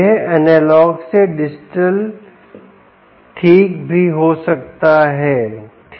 यह एनालॉग से डिजिटल ठीक भी हो सकता है ठीक